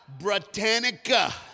Britannica